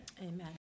Amen